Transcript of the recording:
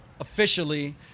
officially